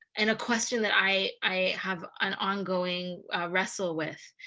and a question that i i have an ongoing wrestle with.